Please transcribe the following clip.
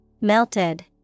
Melted